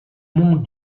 mont